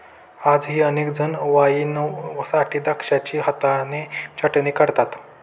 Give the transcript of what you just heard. आजही अनेक जण वाईनसाठी द्राक्षांची हाताने छाटणी करतात